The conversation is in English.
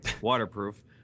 waterproof